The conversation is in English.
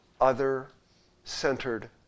other-centered